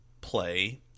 Play